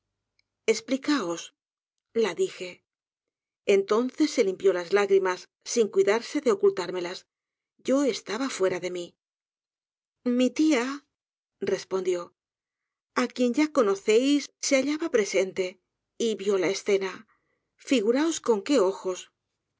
esplicaos la dije entonces ge limpió las lágrimas sin cuidarse de ocultármelas yo estaba fuera de mí mi tía respondió á quien ya cor hocéis se hallaiba presente y vio la escena figuraos e w f ué ojos